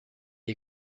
est